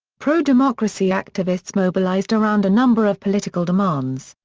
pro-democracy activists mobilized around a number of political demands,